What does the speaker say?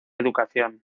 educación